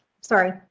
Sorry